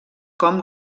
com